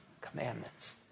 Commandments